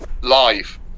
live